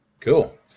Cool